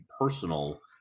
personal